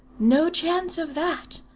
no chance of that,